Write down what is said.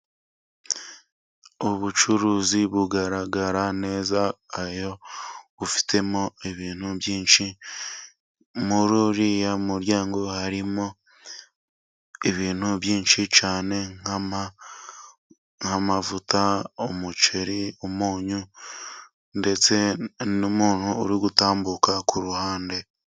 Ubucuruzi bugaragara neza, iyo ufitemo ibintu byinshi, muri uriya muryango harimo ibintu byinshi cyane nk'amavuta, umuceri, umunyu, ndetse n'umuntu uri gutambuka ku ruhande.